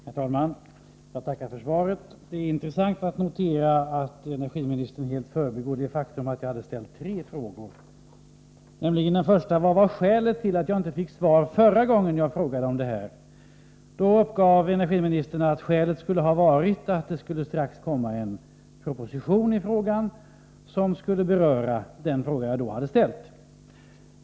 Herr talman! Jag tackar för svaret. Det är intressant att notera att energiministern helt förbigår det faktum att jag frågat om tre saker. Den första frågan löd: Vilket var skälet till att jag inte fick svar förra gången jag frågade om samma sak? Då uppgav energiministern att skälet var att det inom kort skulle komma en proposition som skulle beröra det som jag hade frågat om.